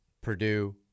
Purdue